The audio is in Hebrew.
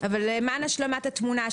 אבל למען השלמת התמונה,